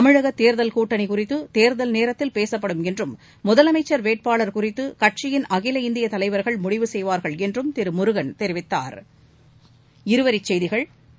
தமிழகதேர்தல் கூட்டணிகுறித்து தேர்தல் நேரத்தில் பேசப்படும் என்றும் முதலமைச்சர் வேட்பாளர் குறித்துகட்சியின் அகில இந்தியதலைவர்கள் முடிவு செய்வார்கள் என்றும் திருமுருகள் தெரிவித்தாா்